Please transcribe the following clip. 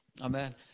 Amen